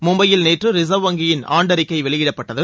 மும்பையில் நேற்று ரிசர்வ் வங்கியின் ஆண்டறிக்கை வெளியிடப்பட்டது